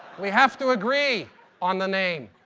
we have to agree on the name.